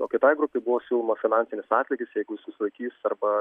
o kitai grupei buvo siūlomas finansinis atlygis jeigu ji susilaikys arba